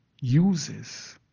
uses